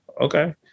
Okay